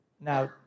Now